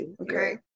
Okay